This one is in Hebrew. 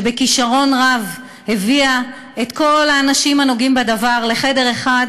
שבכישרון רב הביאה את כל האנשים הנוגעים בדבר לחדר אחד.